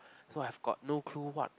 so I've got no clue what